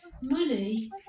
Money